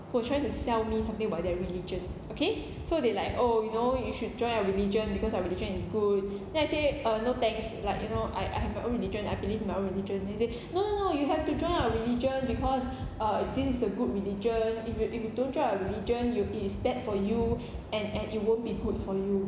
who were trying to sell me something about their religion okay so they like oh you know you should join our religion because our religion is good then I say err no thanks like you know I I have my own religion I believe in my own religion they say no no no you have to join our religion because uh this is a good religion if you if you don't join our religion you it it is bad for you and and it won't be good for you